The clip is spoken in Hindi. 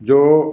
जो